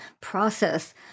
process